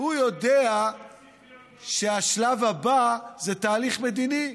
הוא יודע שהשלב הבא זה תהליך מדיני.